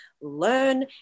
learn